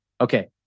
Okay